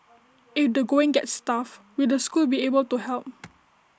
if the going gets tough will the school be able to help